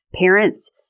Parents